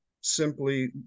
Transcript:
simply